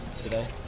today